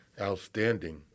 Outstanding